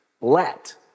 let